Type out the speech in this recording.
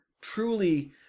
truly